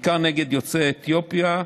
בעיקר נגד יוצאי אתיופיה,